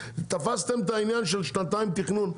תפסתם את העניין של שנתיים תכנון.